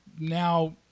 now